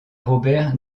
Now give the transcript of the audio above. robert